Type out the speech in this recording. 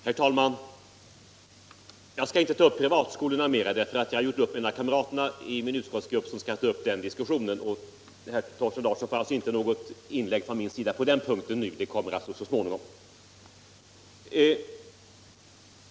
Herr talman! Jag skall inte ta upp privatskolorna mer, eftersom en av mina kamrater i utskottsgruppen skall föra den diskussionen. Herr Thorsten Larsson får alltså inte nu någon replik från mig på den punkten. Den kommer så småningom.